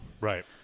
Right